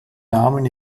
namen